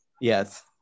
Yes